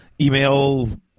email